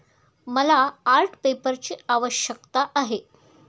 मला आर्ट पेपरची आवश्यकता आहे